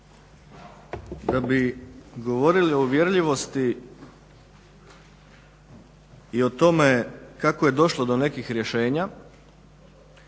Kad bi govorili o uvjerljivosti i o tome kako je došlo do nekih rješenja